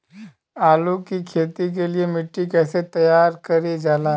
आलू की खेती के लिए मिट्टी कैसे तैयार करें जाला?